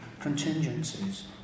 contingencies